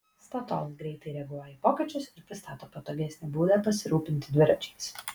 statoil greitai reaguoja į pokyčius ir pristato patogesnį būdą pasirūpinti dviračiais